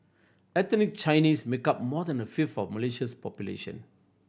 ethnic Chinese make up more than a fifth of Malaysia's population